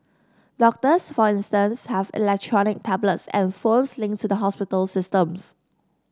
doctors for instance have electronic tablets and phones linked to the hospital systems